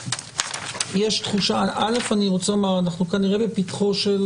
רוצה לומר שאנחנו כנראה בפתחו של,